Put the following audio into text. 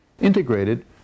integrated